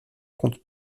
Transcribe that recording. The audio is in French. compte